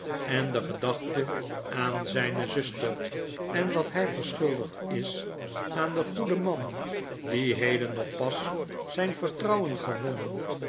en de gedachte aan zgne zuster en wat bij verschuldigdisaan den goeden man die heden nog pas zijn vertrouwen gewonnen